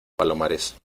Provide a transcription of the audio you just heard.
palomares